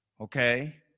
Okay